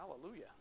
hallelujah